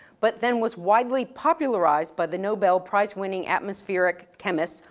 but then was widely popularized by the nobel prize-wining atmospheric chemist,